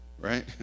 right